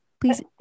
please